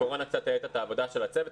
הקורונה קצת האטה את העבודה של הצוות,